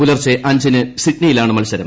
പുലർച്ചെ അഞ്ചിന് സിഡ്നിയിലാണ് മത്സരം